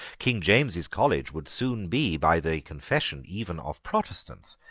king james's college would soon be, by the confession even of protestants,